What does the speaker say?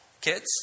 Kids